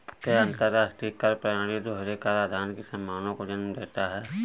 क्या अंतर्राष्ट्रीय कर प्रणाली दोहरे कराधान की संभावना को जन्म देता है?